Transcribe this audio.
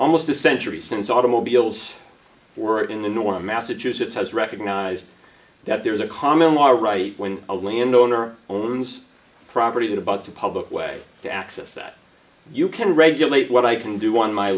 almost a century since automobiles were in the norm massachusetts has recognized that there is a common law right when a landowner owns property that abuts a public way to access that you can regulate what i can do on my